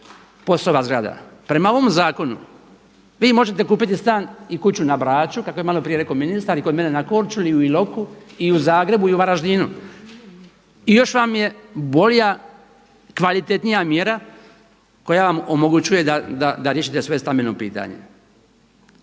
POSova zgrada. Prema ovom zakonu vi možete kupiti stan i kuću na Braču kako je malo prije rekao ministar i kod mene na Korčuli i u Iloku i u Zagrebu i u Varaždinu i još vam je bolja kvalitetnija mjera koja vam omogućuje da riješite svoje stambeno pitanje.